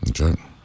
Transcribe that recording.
Okay